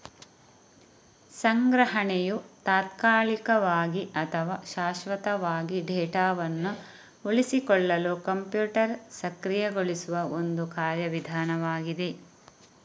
ಸಂಗ್ರಹಣೆಯು ತಾತ್ಕಾಲಿಕವಾಗಿ ಅಥವಾ ಶಾಶ್ವತವಾಗಿ ಡೇಟಾವನ್ನು ಉಳಿಸಿಕೊಳ್ಳಲು ಕಂಪ್ಯೂಟರ್ ಸಕ್ರಿಯಗೊಳಿಸುವ ಒಂದು ಕಾರ್ಯ ವಿಧಾನವಾಗಿದೆ